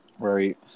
right